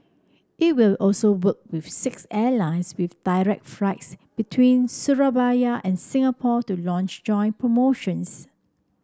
it will also work with six airlines with direct flights between Surabaya and Singapore to launch joint promotions